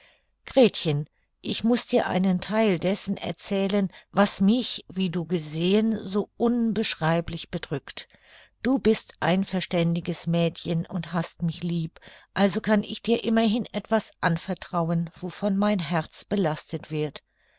gretchen ich muß dir einen theil dessen erzählen was mich wie du gesehen so unbeschreiblich bedrückt du bist ein verständiges mädchen und hast mich lieb also kann ich dir immerhin etwas anvertrauen wovon mein herz belastet wird